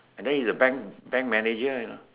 and then he's a bank bank manager you know